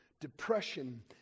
depression